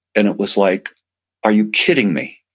and it was like are you kidding me?